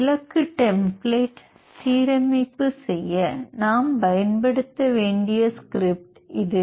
இலக்கு டெம்ப்ளேட் சீரமைப்பு செய்ய நாம் பயன்படுத்த வேண்டிய ஸ்கிரிப்ட் இது